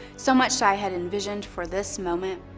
so much i had envisioned for this moment.